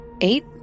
Eight